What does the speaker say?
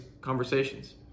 conversations